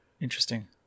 interesting